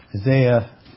Isaiah